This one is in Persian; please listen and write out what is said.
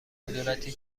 کدورتی